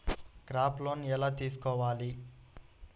Crop loan ఎలా తీసుకోవాలి?